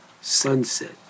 sunset